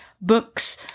books